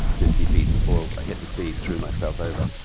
fifty feet, before i hit the sea, threw myself over.